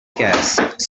scarce